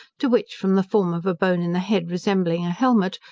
to which, from the form of a bone in the head resembling a helmet,